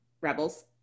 Rebels